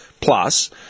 plus